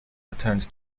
returned